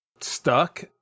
stuck